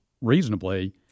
Reasonably